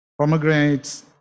pomegranates